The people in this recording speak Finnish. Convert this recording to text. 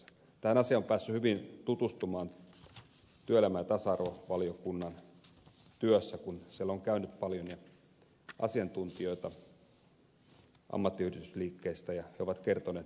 tähän asiaan on päässyt hyvin tutustumaan työelämä ja tasa arvovaliokunnan työssä kun siellä on käynyt paljon asiantuntijoita ammattiyhdistysliikkeistä ja he ovat kertoneet näistä toimista